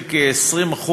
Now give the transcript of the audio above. של כ-20%,